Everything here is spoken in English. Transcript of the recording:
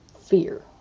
fear